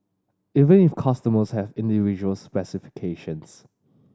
even if customers have individual specifications